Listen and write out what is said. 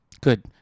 Good